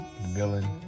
Villain